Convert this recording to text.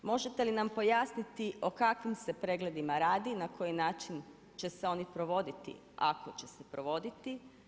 Možete li nam pojasniti o kakvim se pregledima radi, na koji način će se oni provoditi, ako će se provoditi?